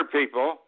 people